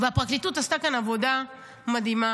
והפרקליטות עשתה כאן עבודה מדהימה,